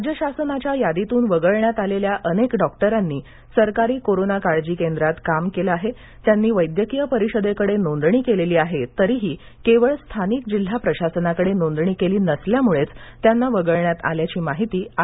राज्य शासनाच्या यादीतून वगळण्यात आलेल्या अनेक डॉक्टरांनी सरकारी कोरोना काळजी केंद्रात काम केलं आहे त्यांनीवैद्यकीय परिषदेकडे नोंदणी केलेली आहे तरिही केवळ स्थानिक जिल्हा प्रशासनाकडे नोंदणी केली नसल्यामुळेच त्यांना वगळण्यात आल्याची माहिती आय